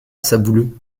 sabouleux